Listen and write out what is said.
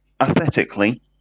aesthetically